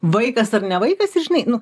vaikas ar ne vaikas ir žinai nu